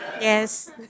Yes